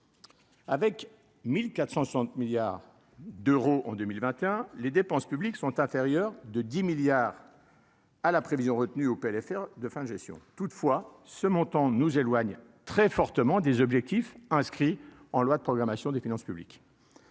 Avec 1460 milliards d'euros en 2021, les dépenses publiques sont inférieurs de 10 milliards à la prévision retenue au PLFR de fin de gestion toutefois ce montant nous éloigne très fortement des objectifs inscrits en loi de programmation des finances publiques.